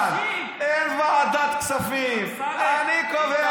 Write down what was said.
מה הוא חושב, שאני לא אגיב לו?